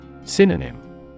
Synonym